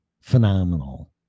phenomenal